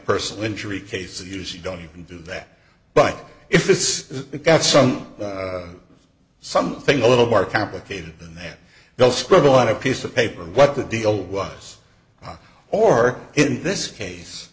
personal injury cases usually don't even do that but if this got some something a little more complicated than that they'll scribble on a piece of paper what the deal was or in this case